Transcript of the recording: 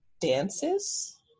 dances